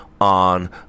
on